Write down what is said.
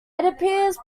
appears